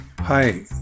Hi